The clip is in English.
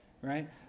right